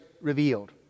revealed